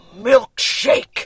milkshake